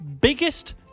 Biggest